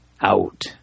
out